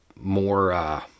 more